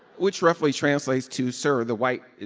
which roughly translates to, sir, the white,